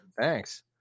Thanks